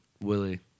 Willie